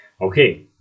Okay